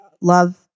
love